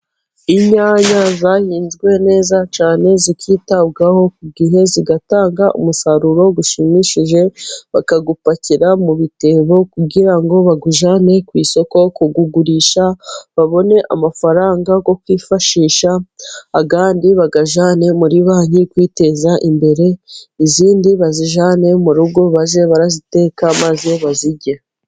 Inyanya zahinzwe neza cyane zikitabwaho, ku gihe zigatanga umusaruro ushimishije, bakawupakira mu bitebo, kugira ngo bawujyane ku isoko kuwurisha babone amafaranga, yokwifashisha, andi bayajyane muri banki kwiyiteza imbere, izindi bazijyane mu rugo, baje baraziteka maze bazirye.